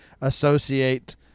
associate